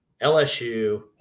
LSU